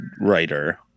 writer